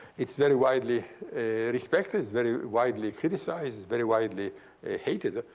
it's very widely respected. it's very widely criticized. it's very widely hated.